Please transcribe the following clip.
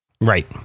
Right